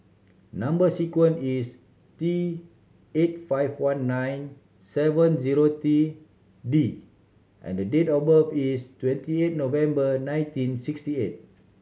number sequence is T eight five one nine seven zero three D and the date of birth is twenty eight November nineteen sixty eight